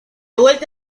vuelta